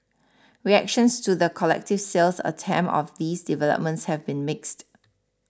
reactions to the collective sales attempt of these developments have been mixed